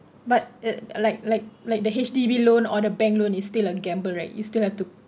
but the like like like the H_D_B loan or the bank loan is still a gamble right you still have to